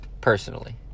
personally